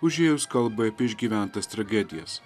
užėjus kalbai apie išgyventas tragedijas